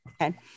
Okay